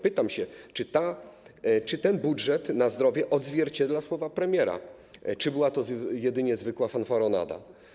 Pytam: Czy ten budżet na zdrowie odzwierciedla słowa premiera, czy była to jedynie zwykła fanfaronada?